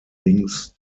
things